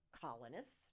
colonists